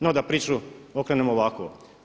No da priču okrenem ovako.